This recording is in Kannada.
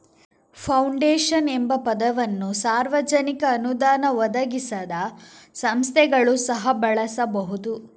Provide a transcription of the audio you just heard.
ಫೌಂಡೇಶನ್ ಎಂಬ ಪದವನ್ನು ಸಾರ್ವಜನಿಕ ಅನುದಾನ ಒದಗಿಸದ ಸಂಸ್ಥೆಗಳು ಸಹ ಬಳಸಬಹುದು